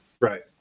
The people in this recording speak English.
right